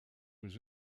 was